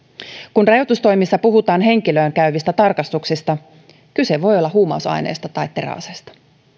kun rajoitustoimissa puhutaan henkilöön käyvistä tarkastuksista kyse voi olla huumausaineista tai teräaseista